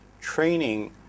training